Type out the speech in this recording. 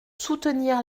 soutenir